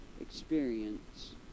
experience